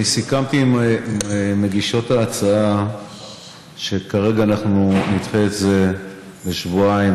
אני סיכמתי עם מגישות ההצעה שכרגע אנחנו נדחה את זה בשבועיים,